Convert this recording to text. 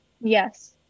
Yes